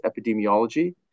epidemiology